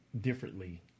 differently